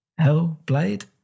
Hellblade